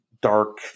dark